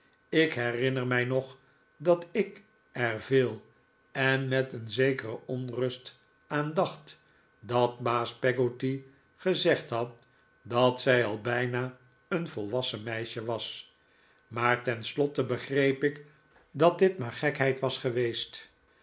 ik herinner mij nog dat ik er veel en met een zekere onrust aan dacht dat baas peggotty gezegd had dat zij al bijna een volwassen meisje was maar ten slotte begreep ik dat dit maar gekheid was geweest